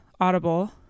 Audible